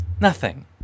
Nothing